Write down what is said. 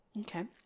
okay